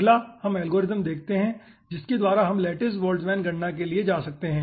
अगला हम एल्गोरिथ्म देखते हैं जिसके द्वारा हम लैटिस बोल्ट्जमैन गणना के लिए जा सकते है